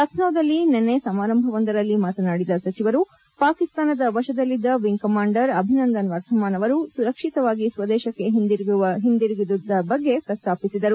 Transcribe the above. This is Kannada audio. ಲಖನೌದಲ್ಲಿ ನಿನ್ನೆ ಸಮಾರಂಭವೊಂದರಲ್ಲಿ ಮಾತನಾಡಿದ ಸಚಿವರು ಪಾಕಿಸ್ತಾನದ ವಶದಲ್ಲಿದ್ದ ವಿಂಗ್ ಕಮಾಂಡರ್ ಅಭಿನಂದನ್ ವರ್ಧಮಾನ್ ಅವರು ಸುರಕ್ಷಿತವಾಗಿ ಸ್ವದೇಶಕ್ಕೆ ಹಿಂದಿರುಗಿದ ಬಗ್ಗೆ ಪ್ರಸ್ತಾಪಿಸಿದರು